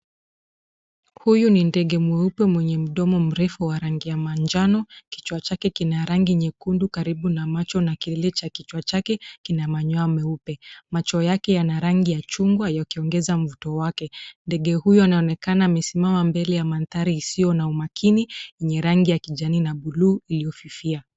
Huyu ni ndege mweupe mwenye mdomo mrefu wa rangi ya manjano. Kichwa chake kina rangi nyekundu karibu na macho, na kilele cha kichwa chake kina manyoya meupe. Macho yake yana rangi ya chungwa yakiongeza mvuto wake. Ndege huyu anaonekana amesimama mbele ya mandhari isio na umakini, yenye rangi ya kijani na blue iliyofifia.